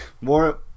more